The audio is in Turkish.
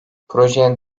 projenin